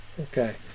Okay